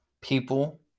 people